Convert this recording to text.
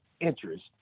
interest